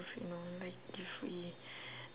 you know like if we